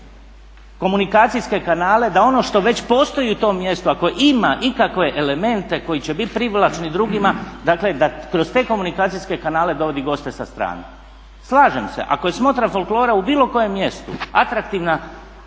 komunikacijske kanale, da ono što već postoji u tom mjestu ako ima ikakve elemente koji će bit privlačni drugima dakle da kroz te komunikacijske kanale dovodi goste sa strane. Slažem se, ako je smotra folklora u bilo kojem mjestu atraktivna